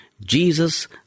Jesus